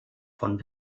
von